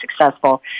successful